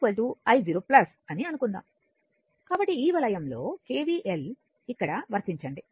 కాబట్టి ఈ వలయం లో కెవిఎల్ను ఇక్కడ వర్తించండి